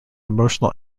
emotional